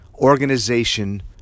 organization